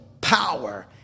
power